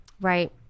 Right